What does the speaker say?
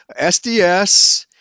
SDS